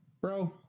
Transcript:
Bro